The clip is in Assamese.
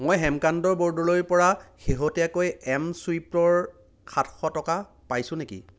মই হেমকান্ত বৰদলৈৰ পৰা শেহতীয়াকৈ এম ছুৱাইপ ৰ সাতশ টকা পাইছো নেকি